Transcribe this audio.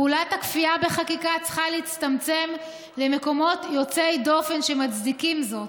פעולת הכפייה בחקיקה צריכה להצטמצם למקומות יוצאי דופן שמצדיקים זאת: